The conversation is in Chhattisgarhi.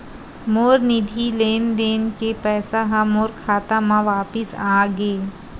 मोर निधि लेन देन के पैसा हा मोर खाता मा वापिस आ गे